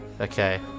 Okay